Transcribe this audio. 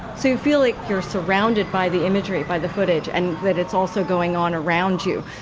so, you feel like you're surrounded by the imagery, by the footage, and that it's also going on around you.